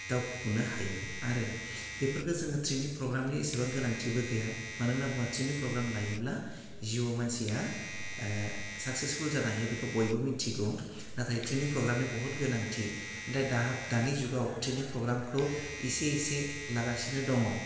दावफुनो हायो आरो बेफोरखो जोङो ट्रेइनिं फ्रग्रामनि एसेबां गोनांथिबो गैया मानो होनना बुंबा ट्रेइनिं फ्रग्राम लायोब्ला जिउआव मानसिआ ओह साखसेसफुल जानो हायो बेखौ बयबो मिथिगौ नाथाय ट्रेइनिं फ्रग्रामनि बुहुत गोनांथि नाथाय दाहा दानि जुगाव ट्रेइनिं प्रग्रामखौ एसे एसे लागासिनो दङ